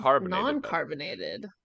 Non-carbonated